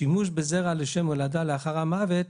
שימוש בזרע לשם הולדה לאחר המוות,